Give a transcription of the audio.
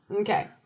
Okay